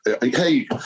hey